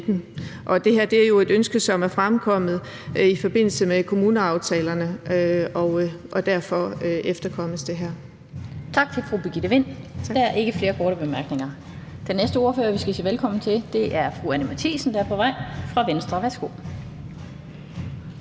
Og det her er jo et ønske, som er fremkommet i forbindelse med kommuneaftalerne, og derfor efterkommes det her.